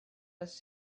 was